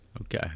Okay